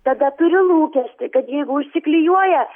tebeturi lūkestį kad jeigu užsiklijuoja